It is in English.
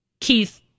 Keith